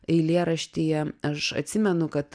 eilėraštyje aš atsimenu kad